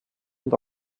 und